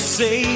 say